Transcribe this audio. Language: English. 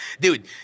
Dude